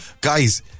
Guys